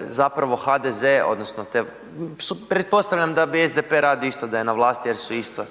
zapravo HDZ odnosno te pretpostavljam da bi SDP radio isto da je na vlasti jer su isto